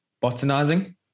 botanizing